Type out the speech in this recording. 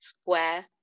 square